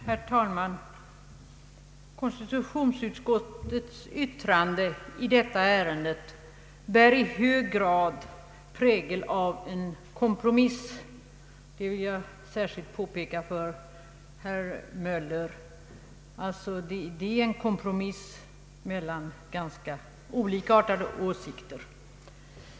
Herr talman! Konstitutionsutskottets yttrande i detta ärende bär i hög grad prägeln av en kompromiss — det vill jag särskilt påpeka för herr Möller — mellan ganska olikartade åsikter.